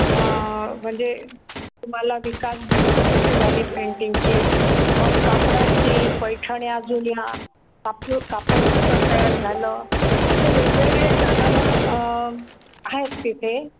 हां म्हणजे तुम्हाला विकास दिसतो कशी झाली प्रिंटिंगची मग कापडांची पैठण्या जुन्या काप कापड कसं तयार झालं असे वेगवेगळे दालनं आहेत तिथे